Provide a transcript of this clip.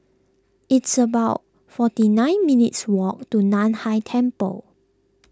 it's about forty nine minutes' walk to Nan Hai Temple